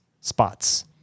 spots